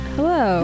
Hello